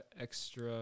extra